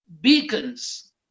beacons